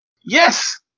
Yes